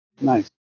Nice